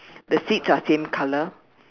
the seats are same color